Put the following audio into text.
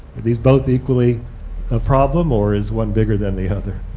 these both equally ah problem or is one bigger than the other?